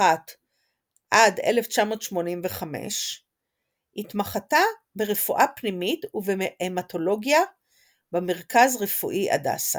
1981–1985 התמחתה ברפואה פנימית ובהמטולוגיה במרכז רפואי הדסה.